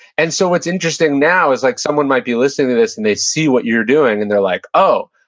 and so what's interesting now is like someone might be listening to this and they see what you're doing, and they're like, oh,